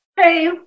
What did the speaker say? Hey